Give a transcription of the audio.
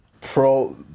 pro